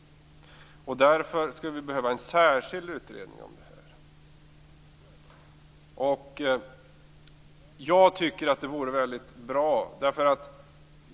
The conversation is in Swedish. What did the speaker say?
Därför skulle vi behöva en särskild utredning om det här. Jag tycker att det vore väldigt bra.